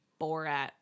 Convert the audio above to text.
Borat